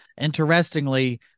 interestingly